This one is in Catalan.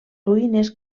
ruïnes